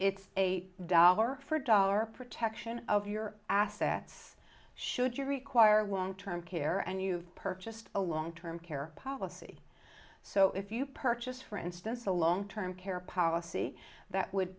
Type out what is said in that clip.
t's a dollar for dollar protection of your assets should you require long term care and you've purchased a long term care policy so if you purchased for instance a long term care policy that would